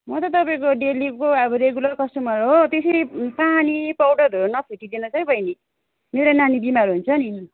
म त तपाईँको डेलीको अब रेगुलर कस्टमर हो त्यसरी पानी पाउडरहरू नफिटिदिनु होस् है बैनी मेरो नानी बिमार हुन्छ नि